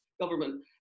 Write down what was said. government